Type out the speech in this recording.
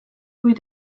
kui